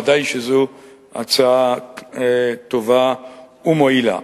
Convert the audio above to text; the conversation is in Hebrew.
ודאי שזו הצעה טובה ומועילה.